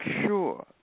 sure